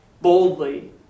Boldly